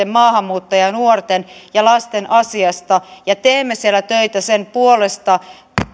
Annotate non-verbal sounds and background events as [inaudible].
[unintelligible] maahanmuuttajanuorten ja lasten asiasta ja teemme siellä töitä sen puolesta